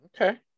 Okay